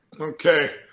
okay